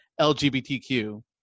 LGBTQ